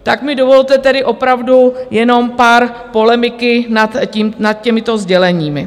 Tak mi dovolte tedy opravdu jenom pár polemiky nad těmito sděleními.